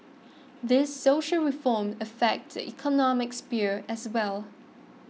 these social reforms affect the economic sphere as well